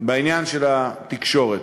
בעניין התקשורת.